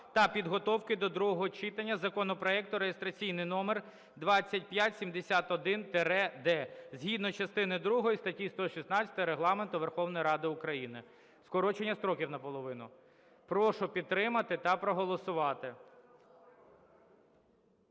та підготовки до другого читання законопроекту (реєстраційний номер 2571-д) (згідно частини другої статті 116 Регламенту Верховної Ради України). Скорочення строків наполовину. Прошу підтримати та проголосувати.